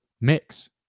mix